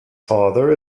father